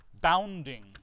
bounding